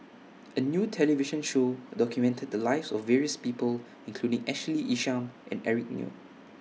A New television Show documented The Lives of various People including Ashley Isham and Eric Neo